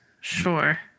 sure